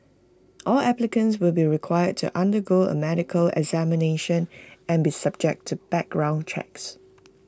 all applicants will be required to undergo A medical examination and be subject to background checks